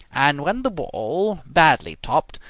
and when the ball, badly topped,